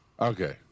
Okay